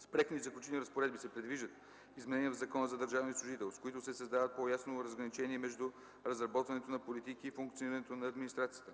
С преходни и заключителни разпоредби се предвиждат изменения в Закона за държавния служител, с които се създава по ясно разграничение между разработването на политики и функционирането на администрацията.